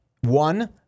One